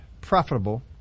profitable